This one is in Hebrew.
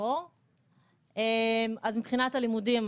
מבחינת הלימודים,